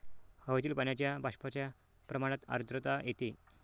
हवेतील पाण्याच्या बाष्पाच्या प्रमाणात आर्द्रता येते